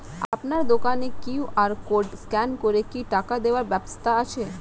আপনার দোকানে Q R code scan করে কি টাকা দেওয়ার ব্যবস্থা আছে?